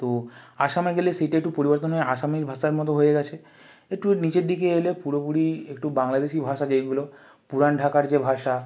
তো আসামে গেলে সেইটা একটু পরিবর্তন হয়ে আসামির ভাষার মতো হয়ে গেছে একটু নিচের দিকে এলে পুরোপুরি একটু বাংলাদেশি ভাষা যেইগুলো পুরানো ঢাকার যে ভাষা